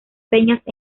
peñas